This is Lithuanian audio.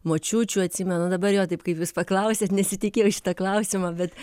močiučių atsimenu dabar jo taip kaip jūs paklausėt nesitikėjau šito klausimo bet